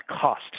cost